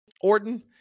Orton